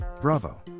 Bravo